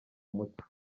umuco